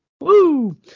Woo